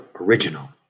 original